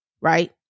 right